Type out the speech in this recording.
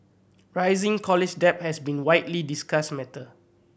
rising college debt has been widely discussed matter